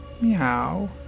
Meow